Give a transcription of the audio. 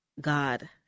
God